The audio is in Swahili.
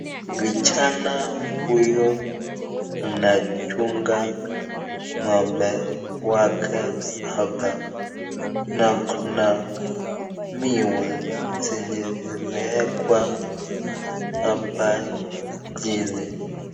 Kijana huyu anachunga ngo'mbe wake hapa na kuna miwa zenye zimeekwa hapa chini.